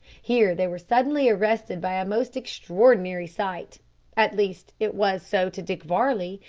here they were suddenly arrested by a most extraordinary sight at least it was so to dick varley,